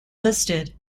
listed